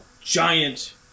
giant